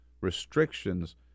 restrictions